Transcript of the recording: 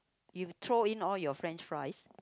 you throw in all your french fries